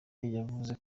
yavuze